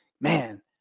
man